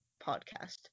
podcast